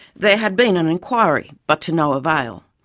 there had been an inquiry, but to no avail.